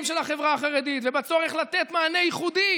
של החברה החרדית ובצורך לתת מענה ייחודי